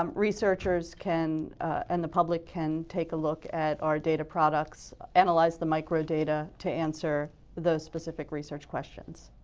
um researchers can, and the public can take a look at our data products, analyze the micro data to answer those specific research questions.